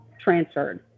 transferred